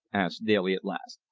asked daly at last.